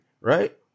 right